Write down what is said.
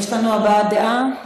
יש לנו הבעת דעה?